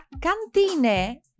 Cantine